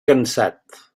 cansat